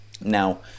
now